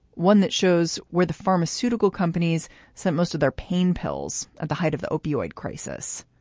one that shows where the pharmaceutical companies spent most of their pain pills at the height of the opioid crisis.